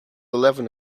eleven